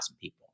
people